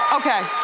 okay,